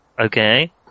Okay